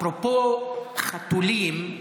אפרופו חתולים,